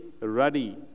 ready